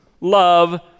love